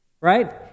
Right